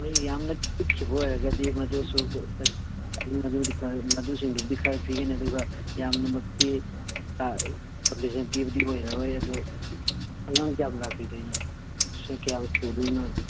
ꯍꯣꯏ ꯌꯥꯝꯅ ꯄꯤꯛꯈꯤꯕ ꯑꯣꯏꯔꯒꯗꯤ ꯃꯗꯨꯁꯨ ꯃꯗꯨꯁꯤꯡꯗꯨꯕꯨꯗꯤ ꯈꯔ ꯄꯤꯒꯅꯤ ꯑꯗꯨꯒ ꯌꯥꯝꯅꯃꯛꯇꯤ ꯀꯟꯁꯦꯁꯟ ꯄꯤꯕꯗꯤ ꯑꯣꯏꯔꯔꯣ ꯑꯗꯣ ꯑꯉꯥꯡ ꯀ꯭ꯌꯥꯝ ꯂꯥꯛꯄꯤꯗꯣꯏꯅꯣ ꯁꯤꯠ ꯀꯌꯥ ꯄꯨꯗꯣꯏꯅꯣꯕ